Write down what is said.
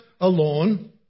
alone